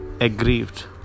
aggrieved